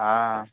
हाँ